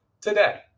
today